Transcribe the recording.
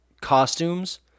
costumes